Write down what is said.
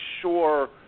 sure